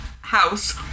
house